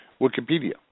Wikipedia